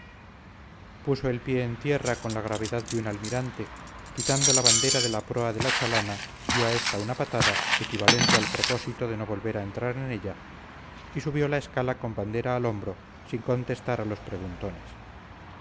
puso el pie en tierra con la gravedad de un almirante quitando la bandera de la proa de la chalana dio a esta una patada equivalente al propósito de no volver a entrar en ella y subió la escala con bandera al hombro sin contestar a los preguntones